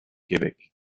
québec